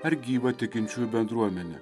ar gyvą tikinčiųjų bendruomenę